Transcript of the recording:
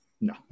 No